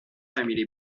family